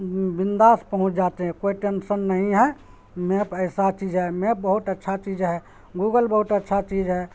بنداس پہنچ جاتے ہیں کوئی ٹینشن نہیں ہے میپ ایسا چیز ہے میپ بہت اچھا چیز ہے گوگل بہت اچھا چیز ہے